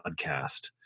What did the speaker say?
podcast